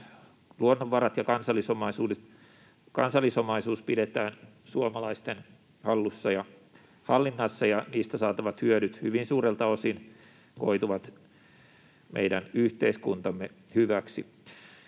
luonnonvarat ja kansal-lisomaisuus pidetään suomalaisten hallussa ja hallinnassa. Niistä saatavat hyödyt hyvin suurelta osin koituvat meidän yhteiskuntamme hyväksi.